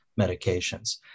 medications